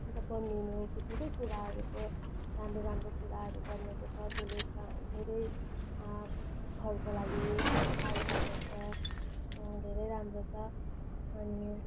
अन्त बनिनु ती धेरै कुराहरूको राम्रो राम्रो कुराहरू बनिएको छ त्यसले त्यहाँ धेरै आमहरूको लागि निकै अब सहायता गर्छ धेरै राम्रो छ अनि